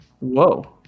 whoa